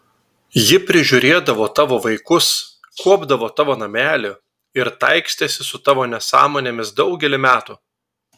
ji prižiūrėdavo tavo vaikus kuopdavo tavo namelį ir taikstėsi su tavo nesąmonėmis daugelį metų